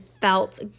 felt